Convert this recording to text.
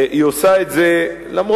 היא עושה את זה למרות,